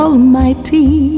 Almighty